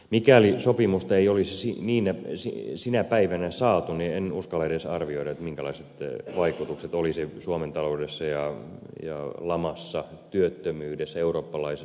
mikäli sopimusta ei olisi sinä päivänä saatu aikaan en uskalla edes arvioida minkälaiset vaikutukset olisivat suomen talouteen ja lamaan työttömyyteen eurooppalaiseen lamaan